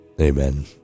Amen